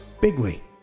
Bigley